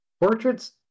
portraits